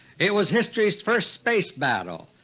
it was history's first space battle,